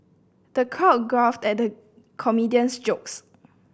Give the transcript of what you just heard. the crowd guffawed at the comedian's jokes